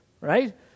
Right